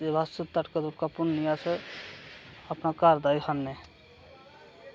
ते बस तड़का भुन्नियै अस अपने घर दा ई खन्ने